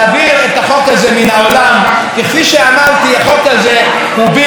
וכפי שאמרתי, החוק הזה הוא בלתי ראוי בעליל.